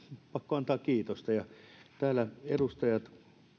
pakko antaa kiitosta täällä edustajat